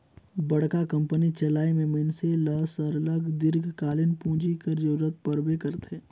बड़का कंपनी चलाए में मइनसे ल सरलग दीर्घकालीन पूंजी कर जरूरत परबे करथे